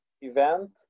event